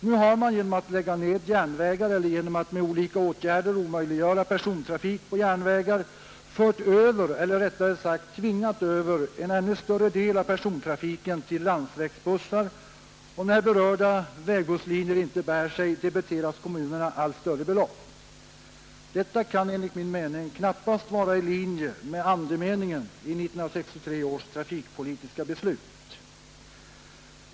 Nu har man genom att lägga ned järnvägar eller genom att med olika åtgärder omöjliggöra persontrafik på järnvägar fört över eller rättare sagt tvingat över en ännu större del av persontrafiken till landsvägsbussar, och när berörda vägbusslinjer inte bär sig, debiteras kommunerna allt större belopp. Detta kan enligt min uppfattning knappast vara i linje med andemeningen i 1963 års trafikpolitiska beslut.